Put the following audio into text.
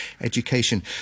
education